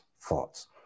thoughts